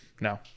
No